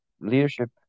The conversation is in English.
leadership